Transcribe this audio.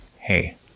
Hey